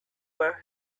where